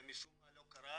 ומשום מה זה לא קרה,